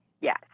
Yes